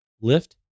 lift